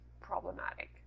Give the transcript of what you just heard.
problematic